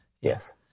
Yes